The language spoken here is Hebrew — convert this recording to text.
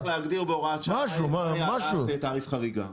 אולי צריך להגדיר בהוראת שעה, העלאת תעריף חריגה.